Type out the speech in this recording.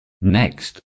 Next